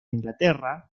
inglaterra